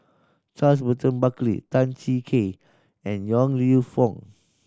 Charles Burton Buckley Tan Cheng Kee and Yong Lew Foong